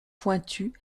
pointu